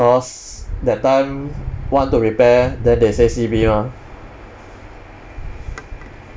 cause that time want to repair then they say C_B mah